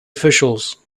officials